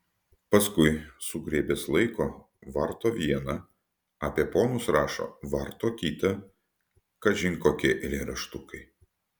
paskui sugriebęs laiko varto vieną apie ponus rašo varto kitą kažin kokie eilėraštukai